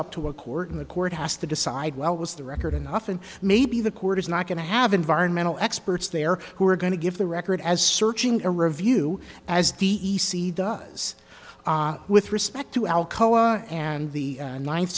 up to a court and the court has to decide well was the record enough and maybe the court is not going to have environmental experts there who are going to give the record as searching a review as d e c does with respect to alcoa and the ninth